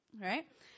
right